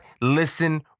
listen